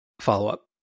Follow-up